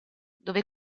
dove